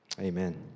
amen